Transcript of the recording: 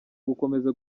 gukomeza